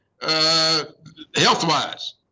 health-wise